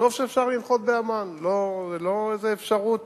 טוב שאפשר לנחות בעמאן, זה לא עונש.